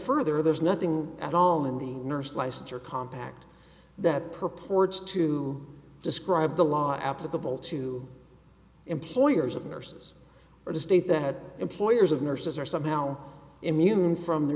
further there's nothing at all in the nurse license or compact that purports to describe the law applicable to employers of nurses or to state that employers of nurses are somehow immune from the